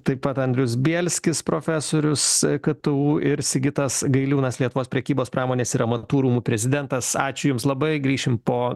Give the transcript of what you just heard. taip pat andrius bielskis profesorius ktu ir sigitas gailiūnas lietuvos prekybos pramonės ir amatų rūmų prezidentas ačiū jums labai grįšim po